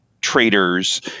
traders